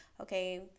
okay